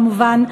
כמובן,